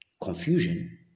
Confusion